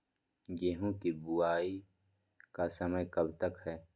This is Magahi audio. गेंहू की बुवाई का समय कब तक है?